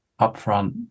upfront